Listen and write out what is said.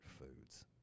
foods